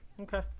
Okay